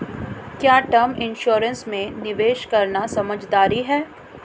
क्या term insurance में निवेश करना समझदारी है?